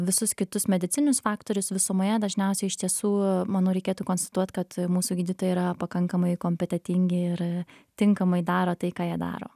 visus kitus medicinius faktorius visumoje dažniausiai iš tiesų manau reikėtų konstatuot kad mūsų gydytojai yra pakankamai kompetentingi ir tinkamai daro tai ką jie daro